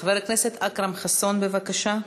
חבר הכנסת אכרם חסון, בבקשה.